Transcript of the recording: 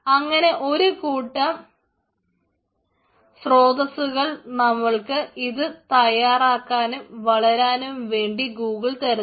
അങ്ങനെ ഒരു വലിയ കൂട്ടം സോതസ്സുകൾ നമുക്ക് ഇത് തയ്യാറാക്കാനും വളരാനും വേണ്ടി ഗൂഗിൾ തരുന്നു